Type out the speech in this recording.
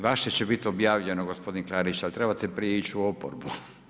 I vaše će biti objavljeno gospodin Klarić, ali treba prije ići u oporbu.